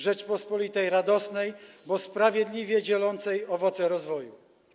Rzeczypospolitej radosnej, bo sprawiedliwie dzielącej owoce rozwoju.